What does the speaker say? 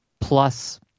plus